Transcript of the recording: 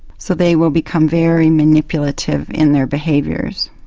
so they will become very manipulative in their behaviours.